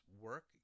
work